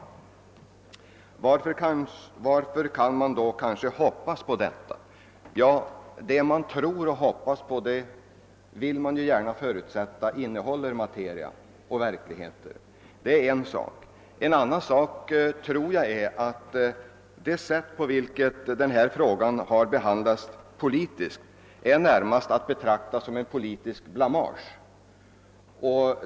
Varför kan man då i detta fall kanske hoppas på detta? Ja, det är en sak att man gärna vill förutsätta att det som man hoppas och tror på innehåller någon verklig materia. Det är en svag grund att stå på. En annan sak är att det sätt, på vilket denna fråga politiskt behandlats, närmast är att betrakta som en politisk blamage.